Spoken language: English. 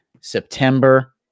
September